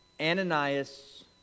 Ananias